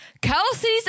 kelsey's